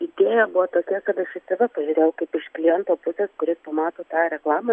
idėja buvo tokia kad aš į tave pažiūrėjau kaip iš kliento pusės kuris mato tą reklamą